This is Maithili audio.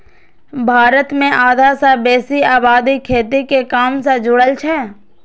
भारत मे आधा सं बेसी आबादी खेती के काम सं जुड़ल छै